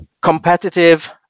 competitive